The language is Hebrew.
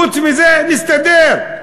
חוץ מזה, נסתדר.